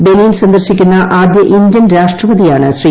Benin സന്ദർശിക്കുന്ന ആദ്യ Indian രാഷ്ട്രപതിയാണ് ശ്രീ